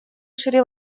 шри